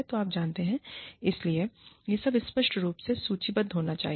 तो आप जानते हैं इसलिए यह सब स्पष्ट रूप से सूचीबद्ध होना चाहिए